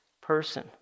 person